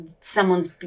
someone's